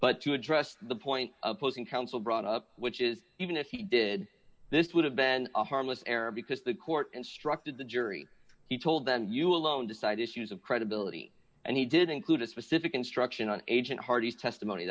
but to address the point opposing counsel brought up which is even if he did this would have been a harmless error because the court instructed the jury he told them you alone decide issues of credibility and he did include a specific instruction on agent hardy's testimony